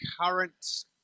current